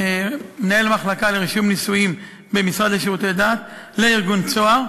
ממנהל המחלקה לרישום נישואים במשרד לשירותי דת לארגון "צהר",